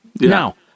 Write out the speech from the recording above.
Now